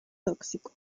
tóxico